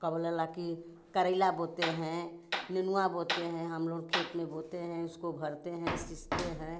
का बोला ला कि करेला बोते हैं नेनुआ बोते हैं हम लोग खेत में बोते हैं उसको भरते हैं सींचते हैं